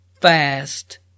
fast